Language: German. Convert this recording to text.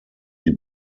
die